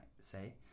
say